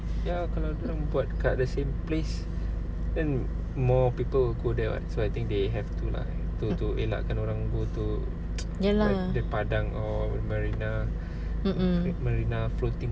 ya lah mm mm